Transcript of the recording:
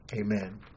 Amen